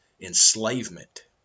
enslavement